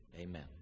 Amen